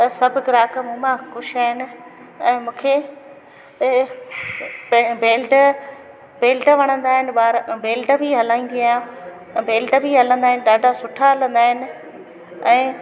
त सभु ग्राहक मूं मां ख़ुशि आहिनि ऐं मूंखे इहे बेल्ट बेल्ट वणंदा इन ॿार बेल्ट बि हलाईंदी आहियां ऐं बेल्ट बि हलंदा आहिनि ॾाढा सुठा हलंदा इन ऐं